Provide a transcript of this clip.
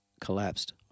Collapsed